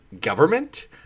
government